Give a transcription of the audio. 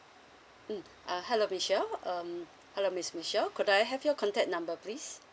mm uh hello Michelle um hello miss Michelle could I have your contact number please